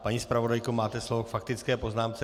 Paní zpravodajko, máte slovo k faktické poznámce.